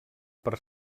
per